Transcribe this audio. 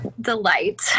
delight